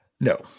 No